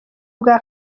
bwa